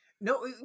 No